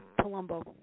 Palumbo